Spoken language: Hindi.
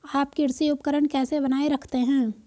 आप कृषि उपकरण कैसे बनाए रखते हैं?